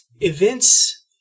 events